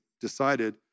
decided